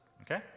okay